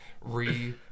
Re